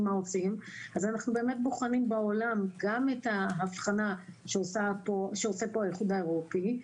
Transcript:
מה עושים אז אנחנו בוחנים בעולם גם את ההבחנה שעושה האיחוד האירופאי,